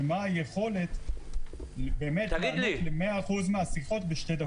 ומה היכולת באמת לענות למאה אחוז מהשיחות בשתי דקות.